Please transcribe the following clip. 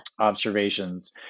observations